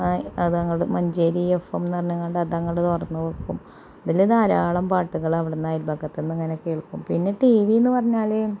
അതങ്ങട് Manjeri F M ന്ന് പറഞ്ഞ് കൊണ്ട് അത് അങ്ങോട്ട് തുറന്ന് വെക്കും ഇതില് ധാരാളം പാട്ടുകളവിടന്ന് അയൽവക്കത്ത് നിന്ന് ഇങ്ങനെ കേൾക്കും പിന്നെ ടീ വി എന്ന് പറഞ്ഞാല്